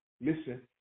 listen